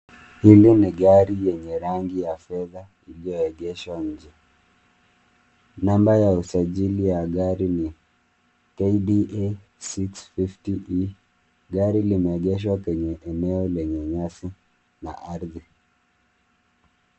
Hili ni gari lenye rangi ya fedha, iliyoegeshwa nje. Namba ya usajili ya gari ni KDA 650E. Gari limeegeshwa kwenye eneo lenye nyasi na ardhi.